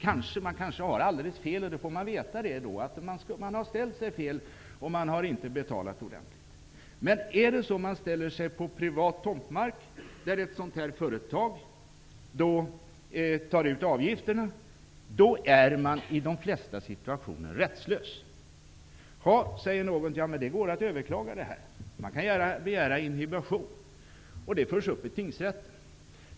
Man har kanske alldeles fel, men det får man ju veta då. Man har kanske ställt sig fel eller har inte betalat ordentligt. Om man däremot parkerar på privat tomtmark där ett företag tar ut avgift, är man i de flesta situationer rättslös. Visserligen kan man överklaga eller begära inhibition, och då förs ärendet upp i tingsrätten.